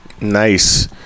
Nice